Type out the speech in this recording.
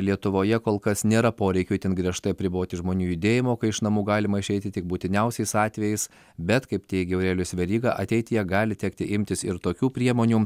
lietuvoje kol kas nėra poreikio itin griežtai apriboti žmonių judėjimo kai iš namų galima išeiti tik būtiniausiais atvejais bet kaip teigia aurelijus veryga ateityje gali tekti imtis ir tokių priemonių